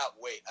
wait